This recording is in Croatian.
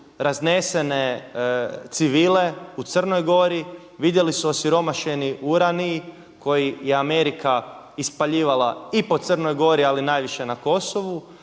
raznesene civile u Crnoj Gori, vidjeli su osiromašeni urani koji je Amerika ispaljivala i po Crnoj Gori ali najviše na Kosovu.